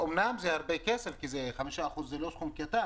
אמנם זה הרבה כסף כי חמישה אחוזים זה לא סכום קטן